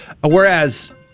Whereas